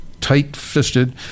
tight-fisted